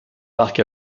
parc